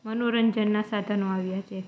મનોરંજનના સાધનો આવ્યા છે